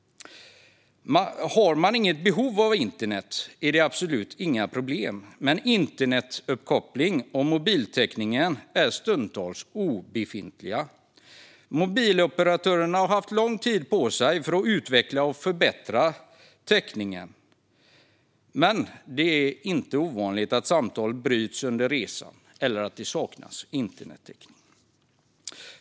Har man inget behov av internet är det inga problem, men internetuppkopplingen och mobiltäckningen är stundtals obefintliga. Mobiloperatörerna har haft lång tid på sig att utveckla och förbättra täckningen, men det är inte ovanligt att samtal bryts under resan eller att det saknas internettäckning.